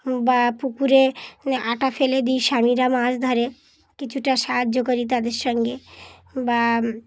বা পুকুরে আটা ফেলে দিই স্বামীরা মাছ ধরে কিছুটা সাহায্য করি তাদের সঙ্গে বা